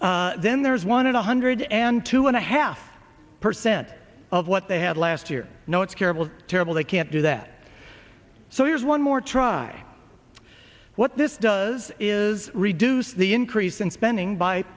then there's one in a hundred and two and a half percent of what they had last year no it's curable terrible they can't do that so here's one more try what this does is reduce the increase in spending by